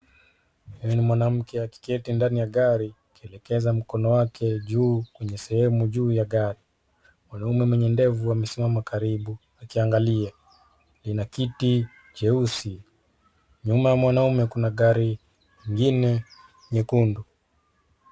Ni mwanamke akiketi ndani ya gari, akielekeza mkono wake juu, kwenye sehemu juu ya gari. Mwanaume mwenye ndevu amesimama karibu akiangalia, lina kiti cheusi, nyuma ya mwanaume kuna gari ingine, nyekundu.